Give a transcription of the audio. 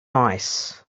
noise